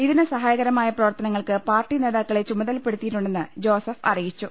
ഇതിന് സഹായക മായ പ്രവർത്തനങ്ങൾക്ക് പാർട്ടി നേതാക്കളെ ചുമതലപ്പെടുത്തിയി ട്ടുണ്ടെന്ന് ജോസഫ് അറിയിച്ചു